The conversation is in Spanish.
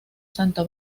santa